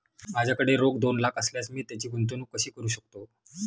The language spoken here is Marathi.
माझ्याकडे रोख दोन लाख असल्यास मी त्याची गुंतवणूक कशी करू शकतो?